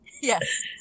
Yes